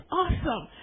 awesome